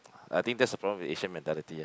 I think that's a problem of Asian mentality